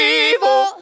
evil